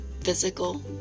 physical